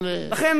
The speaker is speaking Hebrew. לכן אני אומר